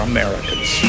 Americans